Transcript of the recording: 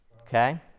okay